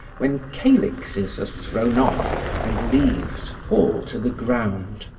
when calyxes are thrown off and leaves fall to the ground.